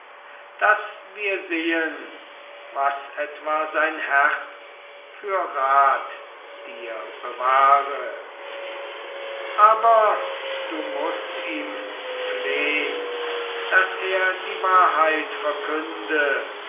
daß wir sehen was etwa sein herz für rat dir bewahre aber du mußt ihm flehn daß er die wahrheit verkünde